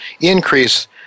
increase